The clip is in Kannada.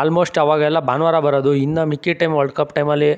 ಆಲ್ಮೋಸ್ಟ್ ಅವಾಗೆಲ್ಲ ಭಾನುವಾರ ಬರೋದು ಇನ್ನು ಮಿಕ್ಕಿದ ಟೈಮ್ ವಲ್ಡ್ ಕಪ್ ಟೈಮಲ್ಲಿ